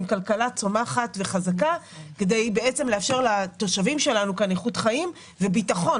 כלכלה צומחת וחזקה כדי לאפשר לתושבים שלנו כאן איכות חיים וביטחון.